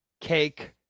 cake